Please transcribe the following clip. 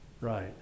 Right